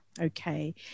okay